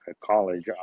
college